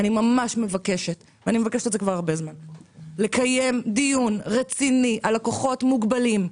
אני ממש מבקשת לקיים דיון רציני על לקוחות מוגבלים,